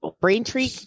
Braintree